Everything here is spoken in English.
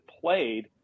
played